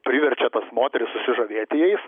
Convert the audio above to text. priverčia moterį susižavėti jais